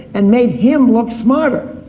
and made him look smarter.